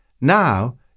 now